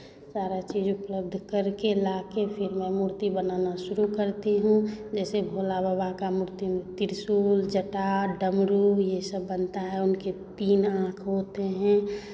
सारा चीज़ उपलब्ध करके लाके फिर मैं मूर्ति बनाना शुरू करती हूँ जैसे भोला बाबा का मूर्ति में त्रिशूल जटा डमरू ये सब बनता है उनके तीन आँख होते हैं